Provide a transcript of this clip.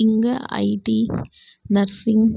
இங்கே IT nursing